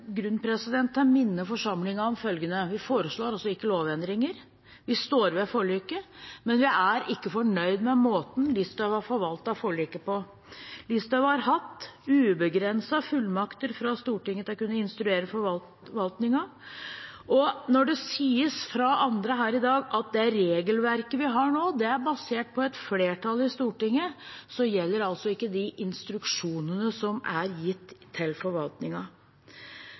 grunn til å minne forsamlingen om følgende: Vi foreslår altså ikke lovendringer. Vi står ved forliket, men vi er ikke fornøyd med måten Listhaug har forvaltet forliket på. Listhaug har hatt ubegrensede fullmakter fra Stortinget til å kunne instruere forvaltningen, og når det fra andre her i dag sies at regelverket vi nå har, er basert på et flertall i Stortinget, gjelder altså ikke de instruksjonene som er gitt til